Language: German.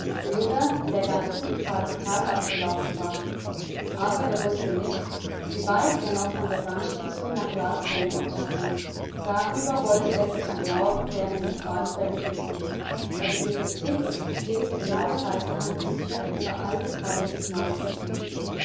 oder der ganze bezahlte tag abgelaufen war aber er wußte nicht wie weit er noch von der bahnstation nach las wohnort habe darüber wollte er sich am morgen während der fahrt vergewissern da die bibliothek des coups genaue reisehandbücher über alle teile des mars enthielt